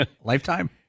Lifetime